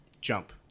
jump